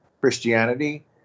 Christianity